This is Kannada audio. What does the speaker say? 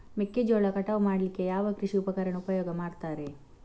ಮೆಕ್ಕೆಜೋಳ ಕಟಾವು ಮಾಡ್ಲಿಕ್ಕೆ ಯಾವ ಕೃಷಿ ಉಪಕರಣ ಉಪಯೋಗ ಮಾಡ್ತಾರೆ?